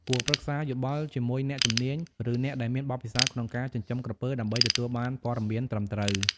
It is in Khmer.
គួរប្រឹក្សាយោបល់ជាមួយអ្នកជំនាញ ឬអ្នកដែលមានបទពិសោធន៍ក្នុងការចិញ្ចឹមក្រពើ ដើម្បីទទួលបានព័ត៌មានត្រឹមត្រូវ។